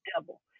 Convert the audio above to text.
devil